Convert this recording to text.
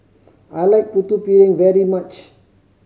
I like Putu Piring very much